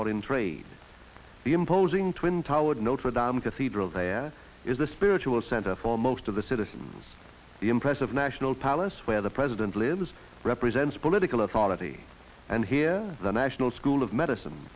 in trade the imposing twin towers notre dame cathedral there is a spiritual center for most of the citizens the impressive national palace where the president lives represents political authority and here the national school of medicine